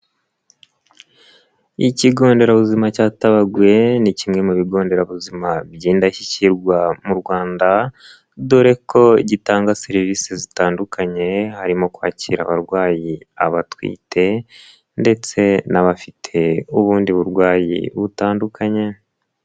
Ikigo nderabuzima cya Tabagwe, ni kimwe mu bigo nderabuzima by'indashyikirwa mu Rwanda, dore ko gitanga serivisi zitandukanye, harimo kwakira abarwayi, abatwite ndetse n'abafite ubundi burwayi butandukanye.